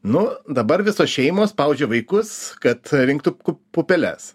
nu dabar visos šeimos spaudžia vaikus kad rinktų pupeles